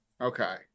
Okay